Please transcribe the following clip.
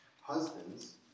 Husbands